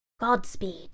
Godspeed